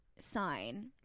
sign